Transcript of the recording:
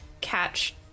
catch